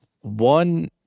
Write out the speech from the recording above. one